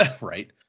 right